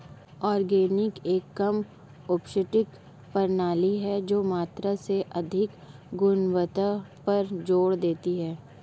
organic एक कम अपशिष्ट प्रणाली है जो मात्रा से अधिक गुणवत्ता पर जोर देती है